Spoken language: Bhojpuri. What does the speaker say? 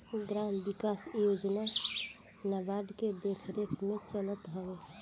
ग्राम विकास योजना नाबार्ड के देखरेख में चलत हवे